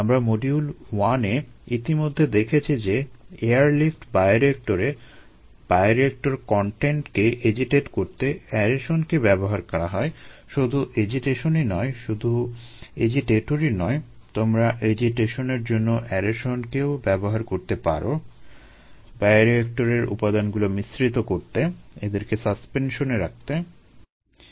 আমরা মডিউল 1 এ ইতিমধ্যে দেখেছি যে এয়ারলিফট বায়োরিয়েক্টরে বায়োরিয়েক্টর কনটেন্টকে এজিটেট করতে অ্যারেশনকে ব্যবহার করা হয় শুধু এজিটেশনই নয় শুধু এজিটেটরই নয় তোমরা এজিটেশনের জন্য অ্যারেশনকেও ব্যবহার করতে পারো বায়োরিয়েক্টরের উপাদানগুলো মিশ্রিত করতে এদেরকে সাসপেনশনে রাখতে ইত্যাদি